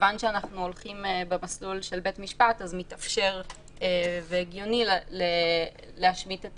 כיוון שאנחנו הולכים במסלול של בית משפט אז מתאפשר והגיוני להשמיט את